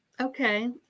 Okay